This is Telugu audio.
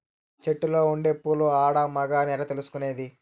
చెట్టులో ఉండే పూలు ఆడ, మగ అని ఎట్లా తెలుసుకునేది?